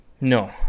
No